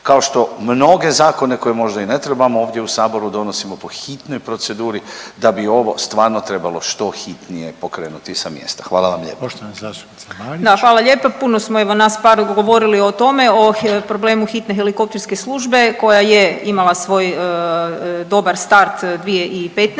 kao što mnoge zakone koje možda i ne trebamo ovdje u Saboru donosimo po hitnoj proceduri da bi ovo stvarno trebalo što hitnije pokrenuti sa mjesta. Hvala vam lijepa. **Reiner, Željko (HDZ)** Poštovana zastupnica Marić. **Marić, Andreja (SDP)** Da, hvala lijepa. Puno smo evo nas par govorili o tome, o problemu hitne helikopterske službe koja je imala svoj dobar start 2015.